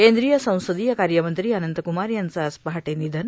केंद्रीय संसदीय कार्यमंत्री अनंतकुमार यांचं आज पहाटे निधन